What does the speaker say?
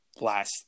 last